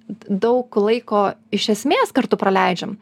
daug laiko iš esmės kartu praleidžiam